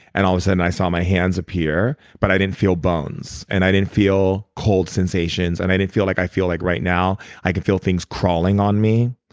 and all of a sudden, i saw my hands appear but i didn't feel bones. and i didn't feel cold sensations. and i didn't feel like i feel like right now. i could feel things crawling on me.